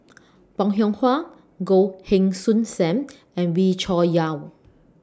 Bong Hiong Hwa Goh Heng Soon SAM and Wee Cho Yaw